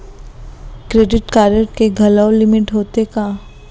Credit card के घलव limit होथे का?